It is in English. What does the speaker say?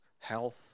health